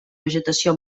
vegetació